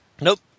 Nope